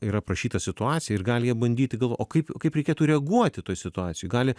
yra aprašyta situacija ir gali jie bandyti gal o kaip kaip reikėtų reaguoti toj situacijoj gali